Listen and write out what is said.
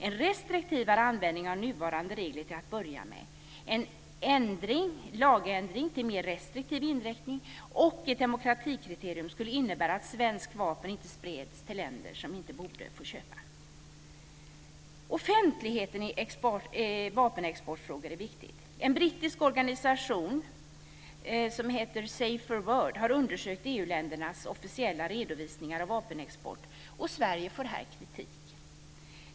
En restriktivare användning av nuvarande regler till att börja med, en lagändring i mer restriktiv riktning och ett demokratikriterium skulle innebära att svenska vapen inte spreds till länder som inte borde få köpa. Offentligheten i vapenexportfrågor är viktig. En brittisk organisation som heter Saferworld har undersökt EU-ländernas officiella redovisningar av vapenexport och Sverige får här kritik.